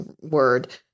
word